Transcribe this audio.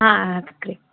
ಹಾಂ ಆತು ರೀ